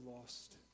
lost